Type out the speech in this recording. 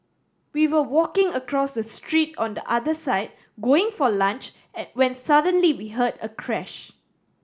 we were walking across the street on the other side going for lunch an when suddenly we heard a crash